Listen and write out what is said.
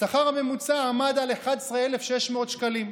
השכר הממוצע עמד על 11,600 שקלים,